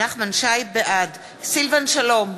בעד סילבן שלום,